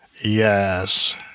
Yes